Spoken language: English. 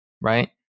right